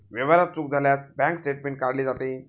व्यवहारात चूक झाल्यास बँक स्टेटमेंट काढले जाते